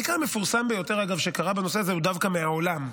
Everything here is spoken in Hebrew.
המקרה המפורסם שקרה בנושא הזה הוא דווקא מהעולם.